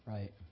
Right